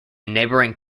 neighboring